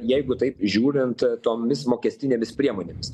jeigu taip žiūrint tomis mokestinėmis priemonėmis